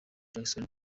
jackson